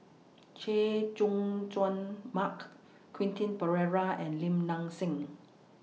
Chay Jung Jun Mark Quentin Pereira and Lim Nang Seng